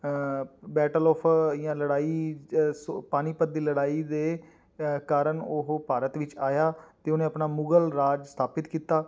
battle of ਜਾਂ ਲੜਾਈ ਜਾਂ ਸੋ ਪਾਨੀਪਤ ਦੀ ਲੜਾਈ ਦੇ ਕਾਰਨ ਉਹ ਭਾਰਤ ਵਿੱਚ ਆਇਆ ਅਤੇ ਉਹਨੇ ਆਪਣਾ ਮੁਗਲ ਰਾਜ ਸਥਾਪਿਤ ਕੀਤਾ